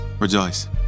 Rejoice